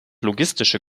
logistische